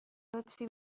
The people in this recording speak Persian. لطفی